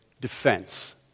defense